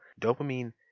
dopamine